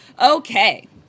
Okay